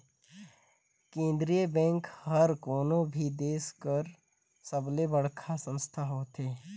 केंद्रीय बेंक हर कोनो भी देस कर सबले बड़खा संस्था होथे